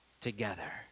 together